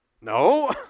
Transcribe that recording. No